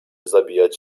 zabijać